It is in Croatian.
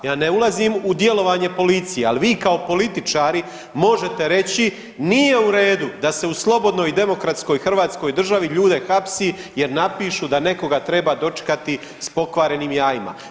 Ja ne ulazim u djelovanje policije, ali vi kao političari možete reći nije u redu da se u slobodnoj i demokratskoj hrvatskoj državi ljude hapsi jer napišu da nekoga treba dočekati sa pokvarenim jajima.